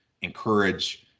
encourage